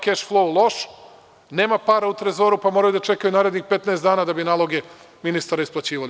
Keš flou loš, nema para u Trezoru pa moraju da čekaju narednih 15 dana da bi naloge ministara isplaćivali.